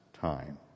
time